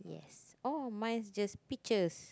yes oh mine is just peaches